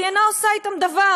והיא אינה עושה אתם דבר.